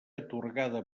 atorgada